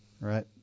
right